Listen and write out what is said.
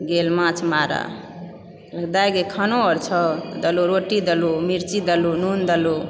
गेल माछ मारय दाय गे खानो अर छहुँ देलुँ रोटी देलुँ मिर्ची देलुँ नून देलुँ